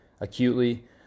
acutely